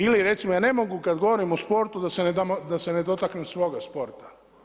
Ili recimo ja ne mogu kada govorim o sportu da se ne dotaknem svoga sporta.